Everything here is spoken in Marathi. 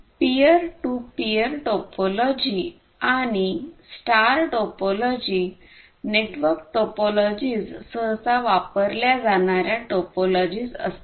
पीर टू पीअर टोपोलॉजी आणि स्टार टोपोलॉजी नेटवर्क टोपोलॉजीज सहसा वापरल्या जाणार्या टोपोलॉजीज असतात